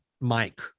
mike